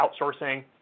outsourcing